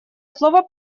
слово